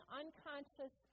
unconscious